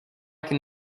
can